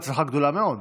הצלחה גדולה מאוד.